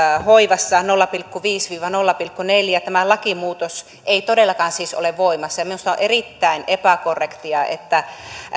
hoivassa nolla pilkku viisi viiva nolla pilkku neljä tämä lakimuutos ei todellakaan siis ole voimassa minusta on erittäin epäkorrektia että